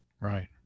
Right